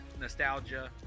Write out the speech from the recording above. nostalgia